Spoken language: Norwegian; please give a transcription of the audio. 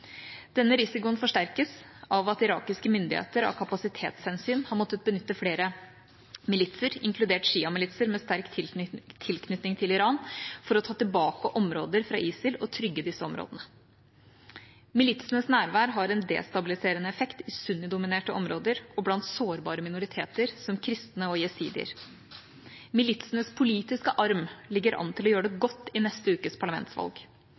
Denne risikoen forsterkes av at irakiske myndigheter av kapasitetshensyn har måttet benytte flere militser, inkludert sjiamilitser med sterk tilknytning til Iran, for å ta tilbake områder fra ISIL og trygge disse områdene. Militsenes nærvær har en destabiliserende effekt i sunnidominerte områder og blant sårbare minoriteter som kristne og jesidier. Militsenes politiske arm ligger an til å gjøre det godt i neste ukes parlamentsvalg.